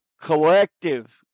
Collective